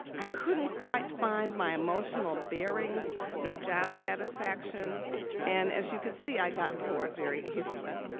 i couldn't quite find my emotional bearings nor job satisfaction and as you can see, i got bored very easily.